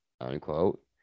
unquote